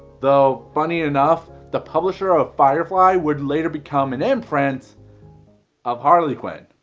though funny enough the publisher of firefly would later become an imprint of harlequin.